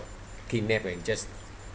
kidnap and just